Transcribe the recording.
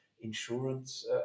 insurance